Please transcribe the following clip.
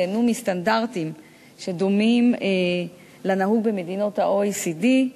ייהנו מסטנדרטים שדומים לנהוג במדינות ה-OECD,